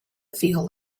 feel